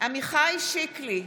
עמיחי שיקלי,